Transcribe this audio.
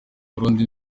burundi